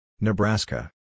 Nebraska